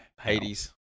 Hades